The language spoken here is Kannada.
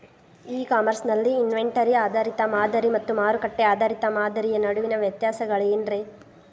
ಇ ಕಾಮರ್ಸ್ ನಲ್ಲಿ ಇನ್ವೆಂಟರಿ ಆಧಾರಿತ ಮಾದರಿ ಮತ್ತ ಮಾರುಕಟ್ಟೆ ಆಧಾರಿತ ಮಾದರಿಯ ನಡುವಿನ ವ್ಯತ್ಯಾಸಗಳೇನ ರೇ?